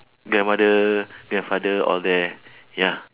grandmother grandfather all there ya